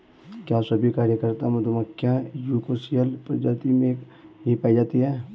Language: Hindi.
क्या सभी कार्यकर्ता मधुमक्खियां यूकोसियल प्रजाति में ही पाई जाती हैं?